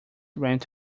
rent